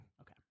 Okay